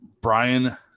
Brian